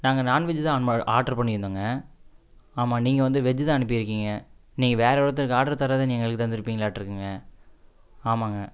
நாங்கள் நாண்வெஜ்ஜு தான் ஆன் ம ஆட்ரு பண்ணியிருந்தோங்க ஆமாம் நீங்கள் வந்து வெஜ்ஜு தான் அனுப்பிருக்கீங்க நீங்கள் வேறு ஒருத்தருக்கு ஆர்டரு தரதை நீங்கள் எங்களுக்கு தந்துருப்பீங்லாட்டுருக்குங்க ஆமாங்க